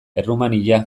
errumania